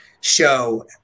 show